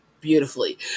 beautifully